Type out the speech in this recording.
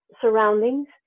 surroundings